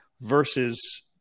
versus